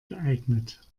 geeignet